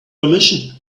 permission